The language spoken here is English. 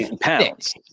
pounds